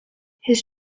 his